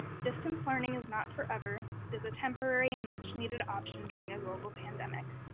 distance learning is not forever. it is a temporary and much-needed option during a global pandemic.